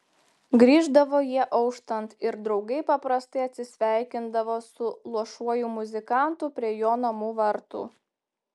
grįždavo jie auštant ir draugai paprastai atsisveikindavo su luošuoju muzikantu prie jo namų vartų